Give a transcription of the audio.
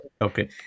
Okay